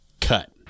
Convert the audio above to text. Cut